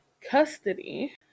custody